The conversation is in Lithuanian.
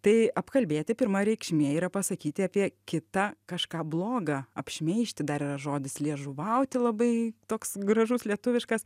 tai apkalbėti pirma reikšmė yra pasakyti apie kitą kažką bloga apšmeižti dar yra žodis liežuvauti labai toks gražus lietuviškas